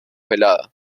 velada